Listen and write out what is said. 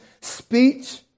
speech